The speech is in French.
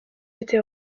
été